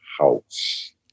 house